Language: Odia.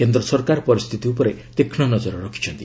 କେନ୍ଦ୍ର ସରକାର ପରିସ୍ଥିତି ଉପରେ ତୀକ୍ଷ୍ଣ ନଜର ରଖିଛନ୍ତି